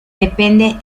depende